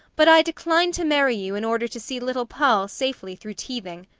but i decline to marry you in order to see little poll safely through teething.